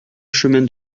chemin